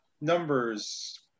numbers